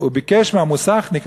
והוא ביקש מהמוסכניק,